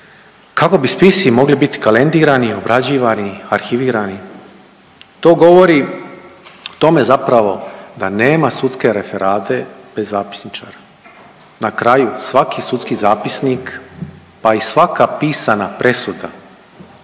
kako bi spisi morali bit kalendirani, obrađivani arhivirani. To govori o tome zapravo da nema sudske referade bez zapisničara. Na kraju svaki sudski zapisnik pa i svaka pisana presuda